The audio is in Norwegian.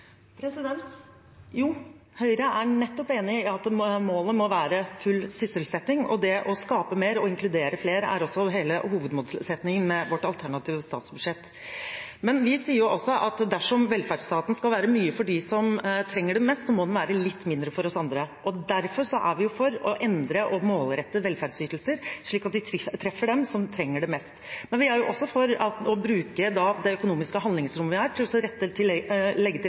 Jo, Høyre er nettopp enig i at målet må være full sysselsetting, og det å skape mer og inkludere flere er også hele hovedmålsettingen med vårt alternative statsbudsjett. Men vi sier også at dersom velferdsstaten skal være mye for dem som trenger det mest, må den være litt mindre for oss andre, og derfor er vi for å endre og målrette velferdsytelser slik at de treffer dem som trenger det mest. Men vi er også for å bruke det økonomiske handlingsrommet vi har, til å legge til rette for flere arbeidsplasser, slik at vi får arbeidsplasser til dem som skal inkluderes inn i og tilbake til